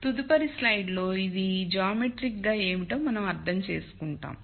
తదుపరి స్లైడ్లో ఇది రేఖాగణితం గా ఏమిటో మనం అర్థం చేసుకుంటాము